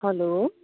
hello